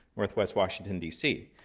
northwest washington, dc.